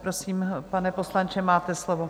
Prosím, pane poslanče, máte slovo.